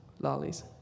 lollies